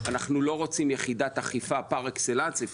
אנחנו לא רוצים יחידת אכיפה פר-אקסלנס אנחנו